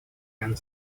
and